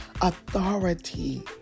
authority